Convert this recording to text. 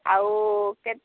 ଆଉ କେତେ